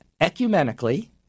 ecumenically